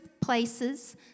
places